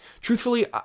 truthfully